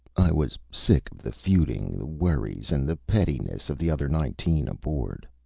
i was sick of the feuding, the worries and the pettiness of the other nineteen aboard.